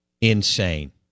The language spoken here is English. insane